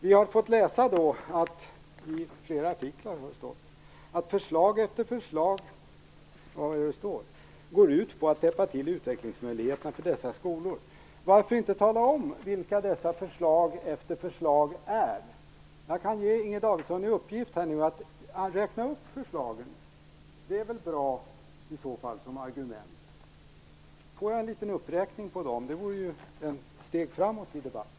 Vi har fått läsa i flera artiklar att förslag efter förslag går ut på att täppa till utvecklingsmöjligheterna för dessa skolor. Varför inte tala om vilka dessa "förslag efter förslag" är? Jag kan ge Inger Davidson i uppgift att här räkna upp förslagen. Det vore väl i så fall bra som argument. Får jag en liten uppräkning av dem? Det vore ett steg framåt i debatten.